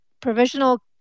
provisional